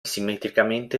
simmetricamente